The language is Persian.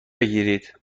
بگیرید